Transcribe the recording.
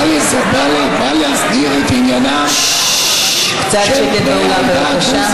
בא להסדיר את עניינם של, קצת שקט, בבקשה.